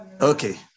Okay